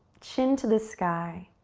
chin to the sky.